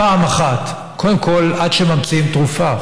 קודם כול, עד שממציאים תרופה.